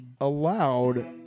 allowed